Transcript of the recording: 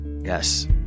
Yes